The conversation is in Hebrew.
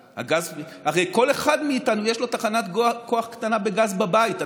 הרי לכל אחד מאיתנו יש תחנת כוח קטנה בגז בבית.